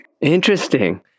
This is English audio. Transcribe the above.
Interesting